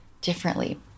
differently